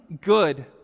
good